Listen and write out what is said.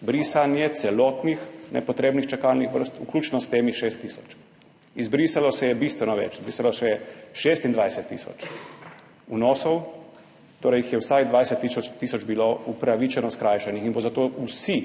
brisanje celotnih nepotrebnih čakalnih vrst, vključno s temi 6 tisoč. Izbrisalo se je bistveno več. Izbrisalo se je 26 tisoč vnosov, torej jih je vsaj 20 tisoč bilo upravičeno izbrisanih. In bo zato vsi